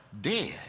dead